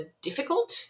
difficult